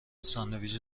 ساندویچ